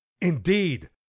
indeed